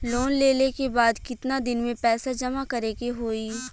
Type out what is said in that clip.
Loan लेले के बाद कितना दिन में पैसा जमा करे के होई?